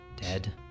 dead